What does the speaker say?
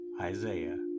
Isaiah